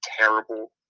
terrible